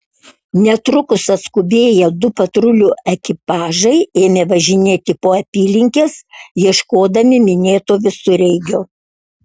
netrukus atskubėję du patrulių ekipažai ėmė važinėti po apylinkes ieškodami minėto visureigio